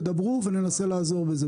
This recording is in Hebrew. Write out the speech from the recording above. תדברו וננסה לעזור בזה,